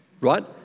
Right